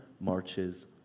marches